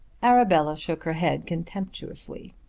arabella shook her head contemptuously.